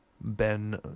Ben